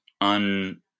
un